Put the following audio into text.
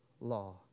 law